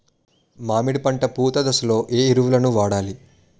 మామిడి పంట పూత దశలో ఏ ఎరువులను వాడాలి?